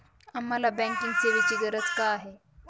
आम्हाला बँकिंग सेवेची गरज का आहे?